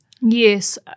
Yes